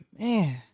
man